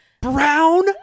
Brown